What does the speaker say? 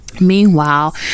Meanwhile